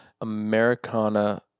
Americana